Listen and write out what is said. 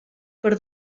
per